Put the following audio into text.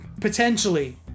potentially